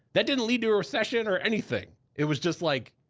that didn't lead to a recession or anything. it was just like,